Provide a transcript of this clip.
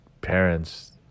parents